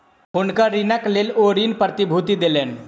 हुनकर ऋणक लेल ओ ऋण प्रतिभूति देलैन